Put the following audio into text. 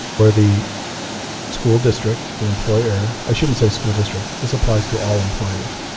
where the school district, the employer i shouldn't say school district. this applies to all employers.